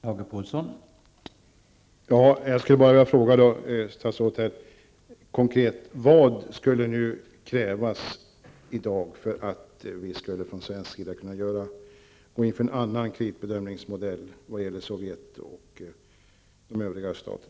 Herr talman! Jag skulle då bara vilja fråga statsrådet vad, konkret, som skulle krävas för att vi från svensk sida i dag skulle kunna gå in för en annan kreditbedömningsmodell när det gäller